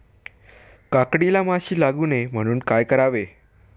काकडीला माशी लागू नये म्हणून काय करावे?